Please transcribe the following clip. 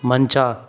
ಮಂಚ